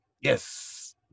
Yes